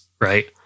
right